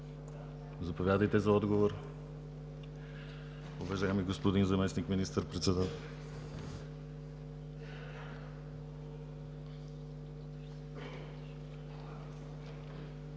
Заповядайте за отговор, уважаеми господин заместник министър-председател.